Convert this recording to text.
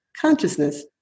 consciousness